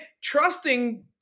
trusting